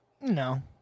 No